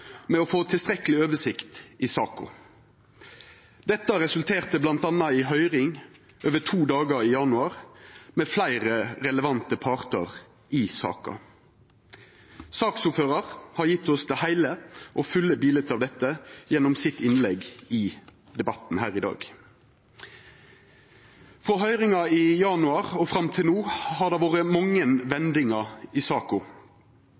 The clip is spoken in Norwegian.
med å få tilstrekkeleg oversikt i saka. Dette resulterte bl.a. i høyring over to dagar i januar med fleire relevante partar i saka. Saksordføraren har gjeve oss det heile og fulle biletet av dette gjennom sitt innlegg i debatten her i dag. Frå høyringa i januar og fram til no har det vore mange vendingar i saka.